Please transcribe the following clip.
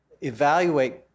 evaluate